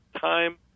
time